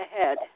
ahead